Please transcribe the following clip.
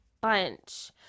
bunch